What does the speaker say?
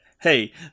hey